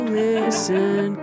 listen